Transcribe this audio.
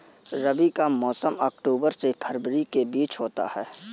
रबी का मौसम अक्टूबर से फरवरी के बीच होता है